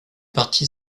parti